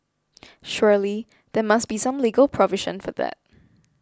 surely there must be some legal provision for that